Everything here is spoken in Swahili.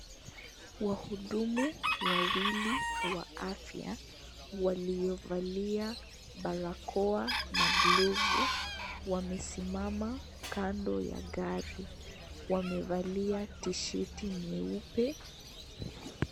Wahudumu wawili wa afya waliovalia barakoa na glovu wamesimama kando ya gari. Wamevalia tshati nyeupe.